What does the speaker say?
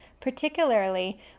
particularly